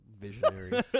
visionaries